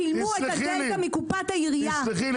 שילמו את הדלתא מקופת העירייה בראשון לציון.